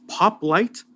PopLight